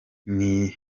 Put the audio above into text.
ntekereza